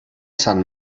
sant